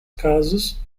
casos